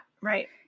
right